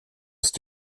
ist